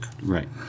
Right